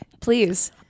Please